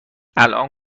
الان